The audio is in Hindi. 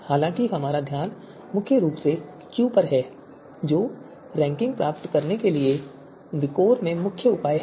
हालांकि हमारा ध्यान मुख्य रूप से क्यू पर है जो रैंकिंग प्राप्त करने के लिए विकोर में मुख्य उपाय है